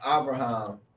Abraham